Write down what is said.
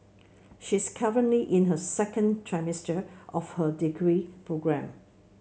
she is currently in her second trimester of her degree program